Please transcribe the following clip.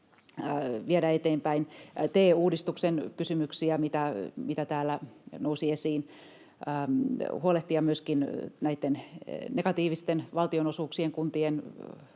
tehtävistä — ja TE-uudistuksen kysymyksiä, mitä täällä nousi esiin, huolehtia myöskin näitten negatiivisten valtionosuuksien kuntien